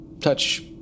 touch